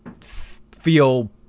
feel